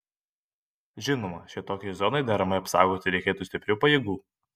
žinoma šitokiai zonai deramai apsaugoti reikėtų stiprių pajėgų